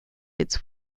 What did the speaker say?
its